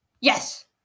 Yes